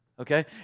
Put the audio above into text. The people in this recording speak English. okay